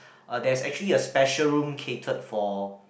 uh there's actually a special room crated for